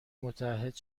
متعهد